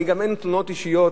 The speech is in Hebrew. גם אין לי תלונות אישיות